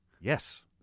Yes